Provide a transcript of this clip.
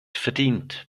verdient